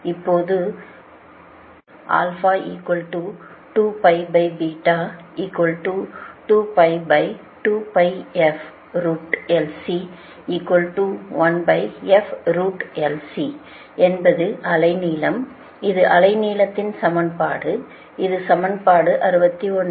இப்போது என்பது அலை நீளம் இது அலை நீளத்தின் சமன்பாடு இது சமன்பாடு 61